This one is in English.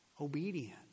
Obedient